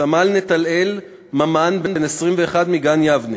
סמל נתנאל ממן, בן 21, מגן-יבנה,